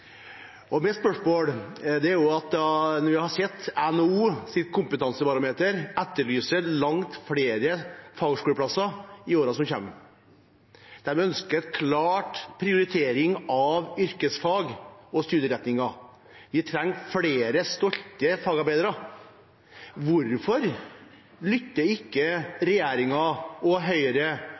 Mitt spørsmål er knyttet til at NHOs kompetansebarometer etterlyser langt flere fagskoleplasser i årene som kommer. De ønsker en klar prioritering av yrkesfag og -studieretninger. Vi trenger flere stolte fagarbeidere. Hvorfor lytter ikke regjeringen og Høyre